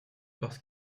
parce